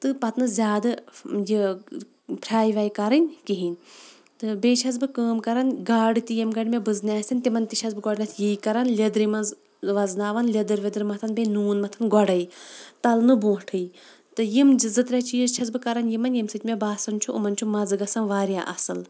تہٕ پَتہٕ نہٕ زیادٕ یہِ فرٛاے ورٛاے کَرٕنۍ کِہیٖنۍ تہٕ بیٚیہِ چھٮ۪س بہٕ کٲم کَران گاڈٕ تہِ ییٚمہِ گٲنٛٹہِ مےٚ بٔزنہِ آسن تِمَن تہِ چھٮ۪س بہٕ گۄڈٕنٮ۪تھ یی کَران لیٚدرِ منٛز وَزناوان لیٚدٕر ویٚدٕر مَتھان بیٚیہِ نوٗن مَتھان گۄڈَے تَلنہٕ برونٛٹھٕے تہٕ یِم زٕ ترٛےٚ چیٖز چھٮ۪س بہٕ کَران یِمَن ییٚمہِ سۭتۍ مےٚ باسان چھُ یِمَن چھُ مَزٕ گژھان واریاہ اَصٕل